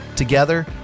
Together